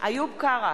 איוב קרא,